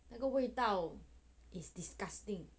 那个味道 is disgusting